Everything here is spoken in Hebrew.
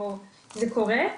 זה קורה.